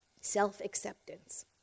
Self-acceptance